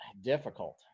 difficult